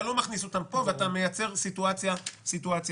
לא מכניס אותם פה ואתה מייצר סיטואציה אחרת.